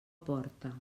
porta